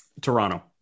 Toronto